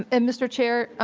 and mr. chair